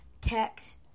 text